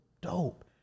dope